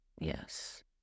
yes